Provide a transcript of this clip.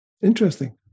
Interesting